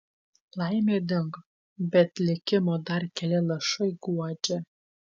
laimė dingo bet likimo dar keli lašai guodžia